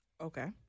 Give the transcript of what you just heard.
Okay